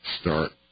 start